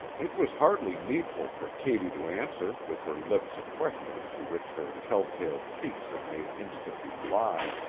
it was hardly needful for katy to answer with her lips a question to which her telltale cheeks had made instant reply.